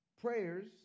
Prayers